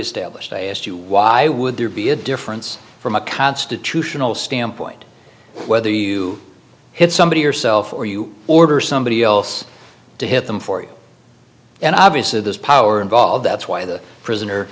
established i asked you why would there be a difference from a constitutional standpoint whether you hit somebody yourself or you order somebody else to hit them for you and obviously this power involved that's why the prisoner